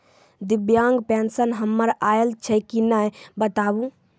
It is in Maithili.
दिव्यांग पेंशन हमर आयल छै कि नैय बताबू?